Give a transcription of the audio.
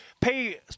pay